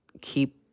keep